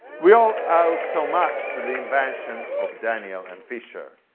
we all owe so much to the invention of daniel and fisher.